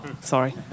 Sorry